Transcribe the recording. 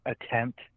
attempt